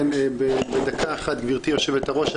כן, בדקה אחת גבירתי יושבת-הראש.